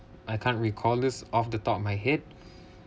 I can't recall this of the thought of my head